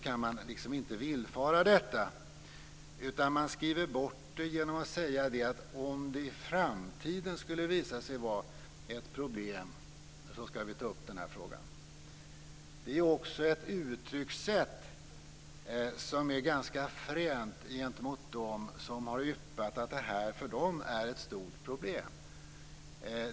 Då kan man liksom inte villfara detta. Man skriver bort det genom att säga att om det i framtiden skulle visa sig vara ett problem skall frågan tas upp. Det är ett uttryckssätt som är ganska fränt gentemot dem som har yppat att detta är ett stort problem.